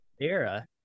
era